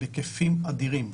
הם בהיקפים אדירים.